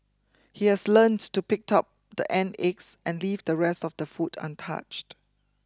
he has learnt to pick out the ant eggs and leave the rest of the food untouched